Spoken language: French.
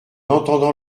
entendant